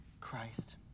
Christ